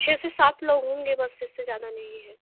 छः से सात लोग होंगे बस इससे ज़्यादा नहीं है